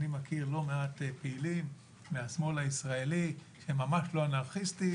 אני מכיר לא מעט פעילים מהשמאל הישראלי שהם ממש לא אנרכיסטים,